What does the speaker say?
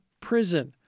prison